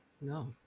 No